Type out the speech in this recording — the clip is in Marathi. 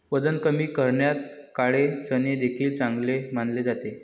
वजन कमी करण्यात काळे चणे देखील चांगले मानले जाते